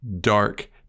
dark